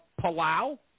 Palau